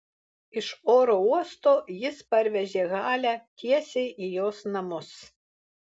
iš oro uosto jis parvežė halę tiesiai į jos namus